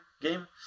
game